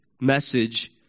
message